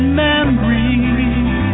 memories